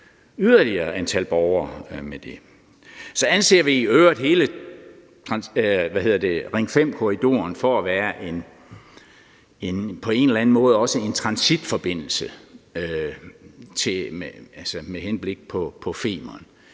yderligere antal borgere ved det. Så anser vi i øvrigt hele Ring 5-korridoren for på en eller anden måde også at være en transitforbindelse med henblik på Femern.